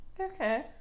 okay